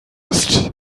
ist